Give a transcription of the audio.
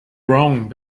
wrong